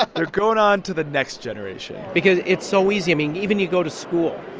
they're going on to the next generation because it's so easy mean, even you go to school,